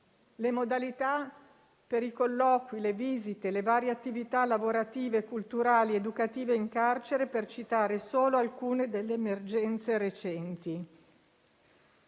le modalità per i colloqui, le visite e le varie attività lavorative, culturali ed educative in carcere, per citare solo alcune delle emergenze recenti.